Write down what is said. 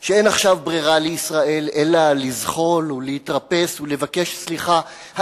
שאין עכשיו ברירה לישראל אלא לזחול ולהתרפס ולבקש סליחה,